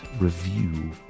review